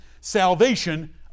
salvation